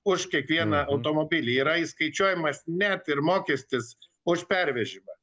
už kiekvieną automobilį yra įskaičiuojamas net ir mokestis už pervežimą